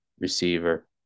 receiver